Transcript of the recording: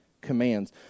commands